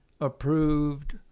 approved